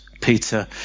peter